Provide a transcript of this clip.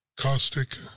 caustic